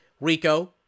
Rico